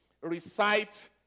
recite